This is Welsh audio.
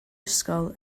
ysgol